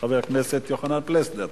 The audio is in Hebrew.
חבר הכנסת יוחנן פלסנר.